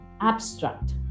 abstract